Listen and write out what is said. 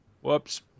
whoops